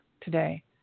today